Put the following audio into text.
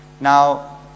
Now